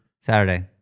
Saturday